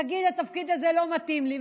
תגיד: התפקיד הזה לא מתאים לי,